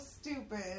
stupid